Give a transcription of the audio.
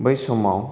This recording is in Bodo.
बै समाव